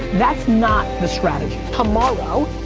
that's not the strategy. tomorrow,